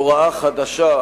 הוראה חדשה,